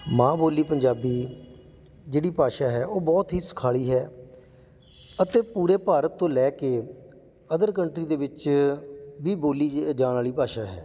ਮਾਂ ਬੋਲੀ ਪੰਜਾਬੀ ਜਿਹੜੀ ਭਾਸ਼ਾ ਹੈ ਉਹ ਬਹੁਤ ਹੀ ਸੁਖਾਲੀ ਹੈ ਅਤੇ ਪੂਰੇ ਭਾਰਤ ਤੋਂ ਲੈ ਕੇ ਅਦਰ ਕੰਟਰੀ ਦੇ ਵਿੱਚ ਵੀ ਬੋਲੀ ਜ ਜਾਣ ਵਾਲੀ ਭਾਸ਼ਾ ਹੈ